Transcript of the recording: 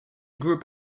group